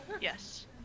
Yes